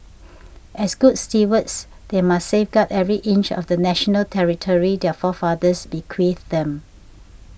as good stewards they must safeguard every inch of national territory their forefathers bequeathed them